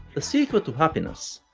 the secret to happiness,